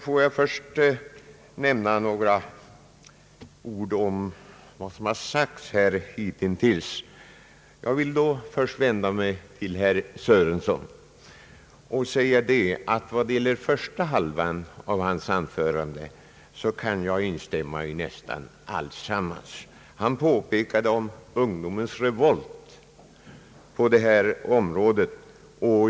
Låt mig ta upp några av de frågor som hittills har berörts i debatten. Till herr Sörenson vill jag säga att när det gäller första hälften av hans anförande kan jag instämma i nästan allt vad han sade. Han talade om ungdomens revolt på detta område.